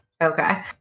Okay